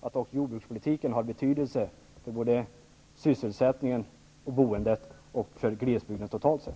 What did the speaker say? att också jordbrukspolitiken har betydelse för sysselsättningen och boendet och för glesbygden totalt sett.